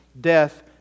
death